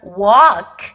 walk